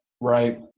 Right